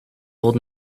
old